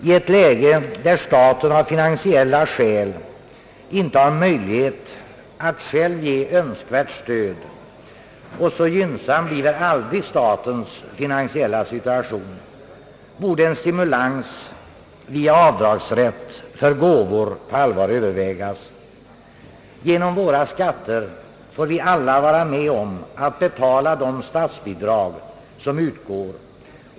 I ett läge där staten av finansiella skäl inte har möjlighet att själv ge önskvärt stöd — och så gynnsam blir aldrig statens finansiella situation — borde en stimulans via avdragsrätt för gåvor allvarligt övervägas. Genom våra skatter får vi alla vara med om att betala de statsbidrag som utgår.